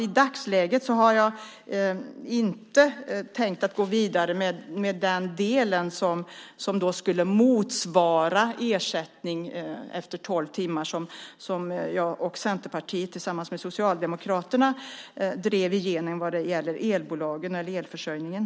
I dagsläget har jag inte tänkt att gå vidare med den del som skulle motsvara ersättning efter tolv timmar som jag och Centerpartiet tillsammans med Socialdemokraterna drev igenom vad gäller elförsörjningen.